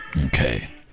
Okay